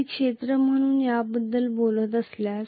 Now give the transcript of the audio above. मी क्षेत्र म्हणून याबद्दल बोलत असल्यास